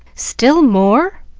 still more?